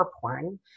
porn